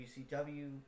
WCW